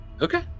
Okay